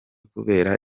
kubera